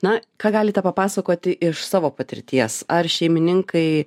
na ką galite papasakoti iš savo patirties ar šeimininkai